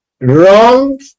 wrong